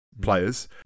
players